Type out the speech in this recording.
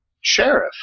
sheriff